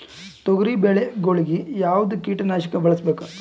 ತೊಗರಿಬೇಳೆ ಗೊಳಿಗ ಯಾವದ ಕೀಟನಾಶಕ ಬಳಸಬೇಕು?